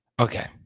Okay